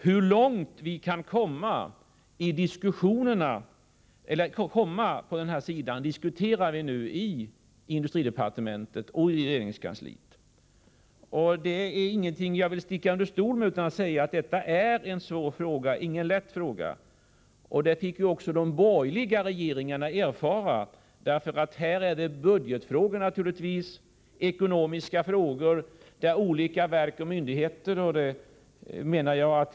Hur långt vi kan komma där diskuterar vi nu i industridepartementet och regeringskansliet. Jag vill inte sticka under stol med att detta inte är någon lätt fråga, vilket de borgerliga regeringarna också fick erfara. Det gäller naturligtvis ekonomiska frågor för olika verk och myndigheter.